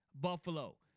Buffalo